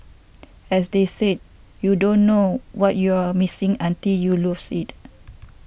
as they say you don't know what you're missing until you lose it